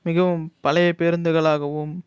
மிகவும் பழைய பேருந்துகளாகவும்